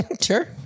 Sure